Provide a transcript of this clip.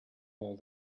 all